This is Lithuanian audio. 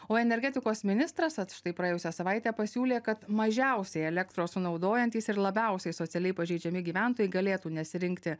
o energetikos ministras vat štai praėjusią savaitę pasiūlė kad mažiausiai elektros sunaudojantys ir labiausiai socialiai pažeidžiami gyventojai galėtų nesirinkti